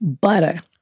butter